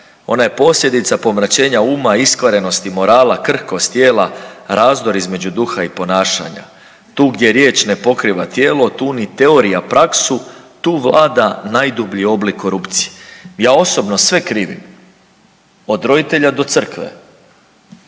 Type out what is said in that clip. ona je posljedica pomračenja uma, iskvarenosti morala, krhkost tijela, razdor između duha i ponašanja. Tu gdje riječ ne pokriva tijelo tu ni teorija praksu, tu vlada najdublji oblik korupcije.“ Ja osobno sve krivim od roditelja do Crkve,